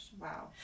Wow